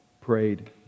prayed